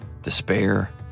despair